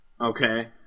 Okay